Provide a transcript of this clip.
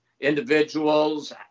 individuals